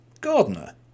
Gardener